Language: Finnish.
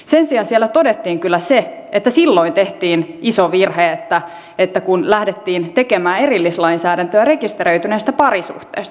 sen sijaan siellä todettiin kyllä se että silloin tehtiin iso virhe kun lähdettiin tekemään erillislainsäädäntöä rekisteröidystä parisuhteesta